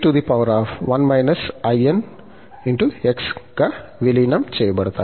in X గా విలీనం చేయబడతాయి